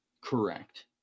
correct